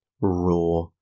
raw